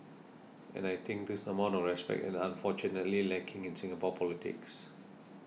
and I think this amount of respect is unfortunately lacking in Singapore politics